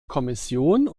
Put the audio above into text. kommission